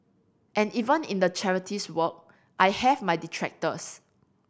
and even in the charities work I have my detractors